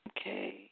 Okay